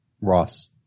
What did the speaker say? Ross